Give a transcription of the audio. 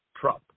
Trump